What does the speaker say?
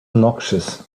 noxious